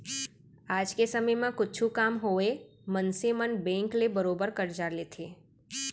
आज के समे म कुछु काम होवय मनसे मन बेंक ले बरोबर करजा लेथें